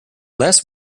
last